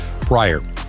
prior